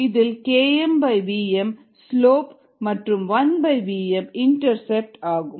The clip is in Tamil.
இதில் Kmvm ஸ்லோப் மற்றும் 1vm இன்டர்செப்ட் ஆகும்